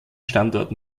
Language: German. standort